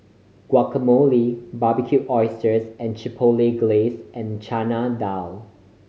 Guacamole Barbecued Oysters with Chipotle Glaze and Chana Dal